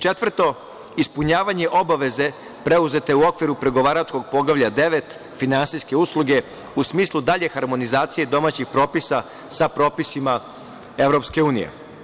Četvrto, ispunjavanje obaveze preuzete u okviru pregovaračkog Poglavlja devet, finansijske usluge, u smislu dalje harmonizacije domaćih propisa sa propisima EU.